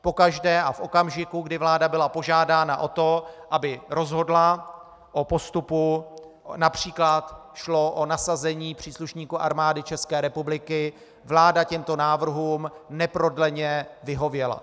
Pokaždé a v okamžiku, kdy vláda byla požádána o to, aby rozhodla o postupu, např. šlo o nasazení příslušníků Armády České republiky, vláda těmto návrhům neprodleně vyhověla.